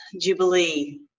Jubilee